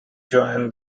join